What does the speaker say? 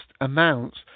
amounts